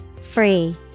Free